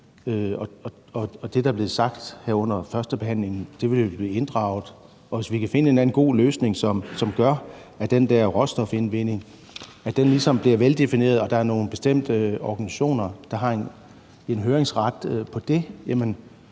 det, der er blevet sagt under førstebehandlingen, vil blive inddraget. Hvis vi kan finde en eller anden god løsning, som gør, at den der råstofindvinding bliver veldefineret – og der er nogle bestemte organisationer, der har en høringsret på det